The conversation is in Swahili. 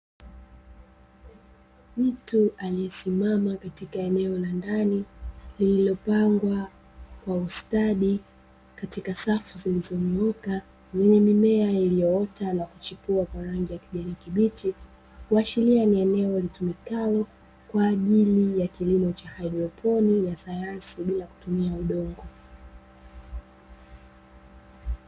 Mtu aliyesimama katika eneo la ndani, lililopangwa kwa ustadi katika safu zilizonyooka, yenye mimea iliyoota na kuchipua kwa rangi ya kijani kibichi, kuashiria ni eneo litumikalo kwa ajili ya kilimo cha kihaidroponi sayansi ya bila kutumia udongo.